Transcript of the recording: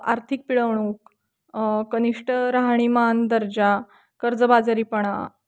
आर्थिक पिळवणूक कनिष्ठ राहणीमान दर्जा कर्जबाजारीपणा